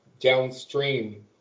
downstream